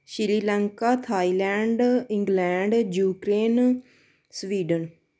Sri Lanka Thailand England Ukraine Sweden